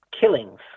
killings